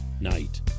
night